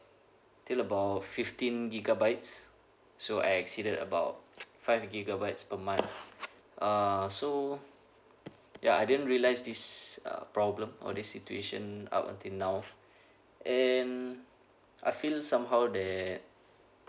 till about fifteen gigabytes so I exceeded about five gigabytes per month uh so ya I didn't realize this uh problem or this situation up until now and I feel somehow that